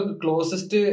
closest